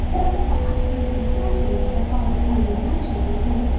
as it was absolutely certain that her father only imagined the thing,